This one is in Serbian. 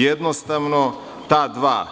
Jednostavno, ta dva